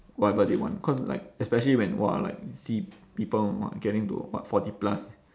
whatever they want cause like especially when !wah! like see people !wah! getting to what forty plus